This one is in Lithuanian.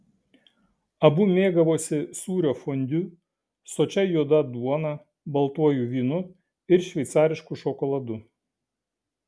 abu mėgavosi sūrio fondiu sočia juoda duona baltuoju vynu ir šveicarišku šokoladu